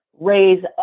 raise